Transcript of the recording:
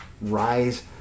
rise